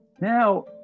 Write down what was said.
Now